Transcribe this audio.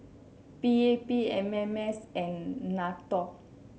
P A P M M S and NATO